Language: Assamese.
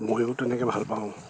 ময়ো তেনেকে ভাল পাওঁ